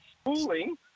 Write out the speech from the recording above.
schooling